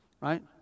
right